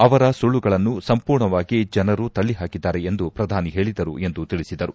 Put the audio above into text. ಅವರ ಸುಳ್ಬಗಳನ್ನು ಸಂಪೂರ್ಣವಾಗಿ ಜನರು ತಲ್ಲ ಹಾಕಿದ್ದಾರೆ ಎಂದು ಪ್ರಧಾನಿ ಹೇಳದರು ಎಂದು ತಿಳಿಸಿದರು